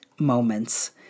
moments